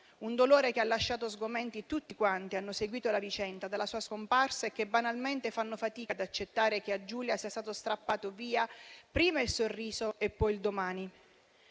un dolore che ha lasciato sgomenti tutti quanti hanno seguito la vicenda dalla sua scomparsa e che, banalmente, fanno fatica ad accettare che a Giulia sia stato strappato via prima il sorriso e poi il domani.